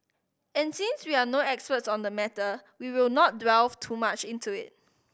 and since we are no experts on the matter we will not delve too much into it